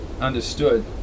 Understood